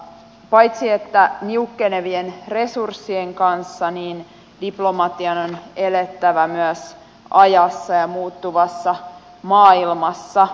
paitsi niukkenevien resurssien kanssa diplomatian on elettävä myös ajassa ja muuttuvassa maailmassa